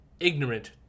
ignorant